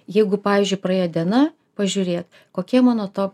jeigu pavyzdžiui praėjo diena pažiūrėt kokie mano to